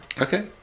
Okay